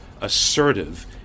assertive